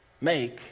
make